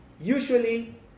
Usually